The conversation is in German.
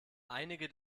einige